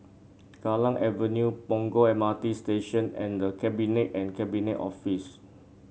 Kallang Avenue Punggol M R T Station and The Cabinet and Cabinet Office